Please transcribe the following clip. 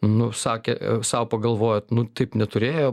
nu sakė sau pagalvojot nu taip neturėjo